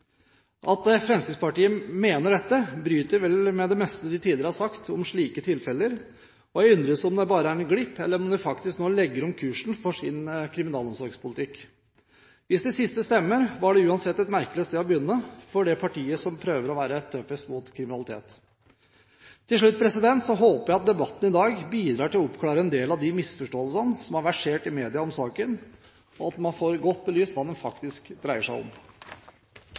At Fremskrittspartiet mener dette, bryter vel med det meste de tidligere har sagt om slike tilfeller, og jeg undres om det bare er en glipp, eller om de faktisk nå legger om kursen for sin kriminalomsorgspolitikk. Hvis det siste stemmer, var det uansett et merkelig sted å begynne for det partiet som prøver å være tøffest mot kriminalitet. Til slutt: Jeg håper at debatten i dag bidrar til å oppklare en del av de misforståelsene som har versert i media om saken, og at man får godt belyst hva saken faktisk dreier seg om.